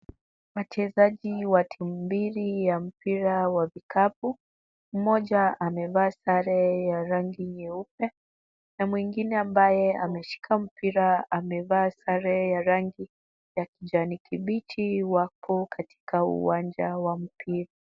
Wachezaji wa timu mbili ya mpira wa vikapu. Mmoja amevaa sare ya rangi nyeupe na mwingine ambaye ameshika mpira, amevaa sare ya rangi ya kijani kibichi. Wako katika uwanja wa mpira.